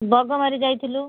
ବଗମାରି ଯାଇଥିଲୁ